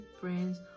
friends